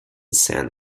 san